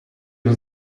was